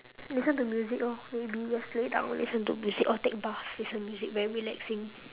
listen to music orh maybe just lay down to listen to music or take bus listen to music very relaxing